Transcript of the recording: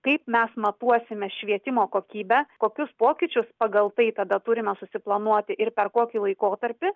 kaip mes matuosime švietimo kokybę kokius pokyčius pagal tai tada turime susiplanuoti ir per kokį laikotarpį